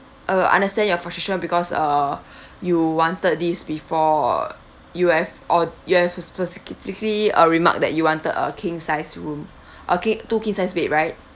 uh understand your frustration because err you wanted these before you have or~ you have specifically uh remarked that you wanted a king sized room uh ki~ two king sized bed right